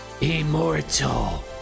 Immortal